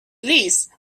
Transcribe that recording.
least